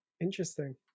interesting